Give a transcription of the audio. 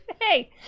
Hey